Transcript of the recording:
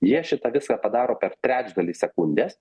jie šitą visą padaro per trečdalį sekundės